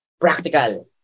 practical